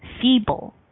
feeble